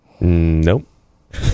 Nope